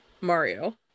mario